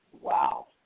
Wow